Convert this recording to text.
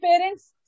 parents